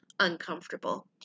uncomfortable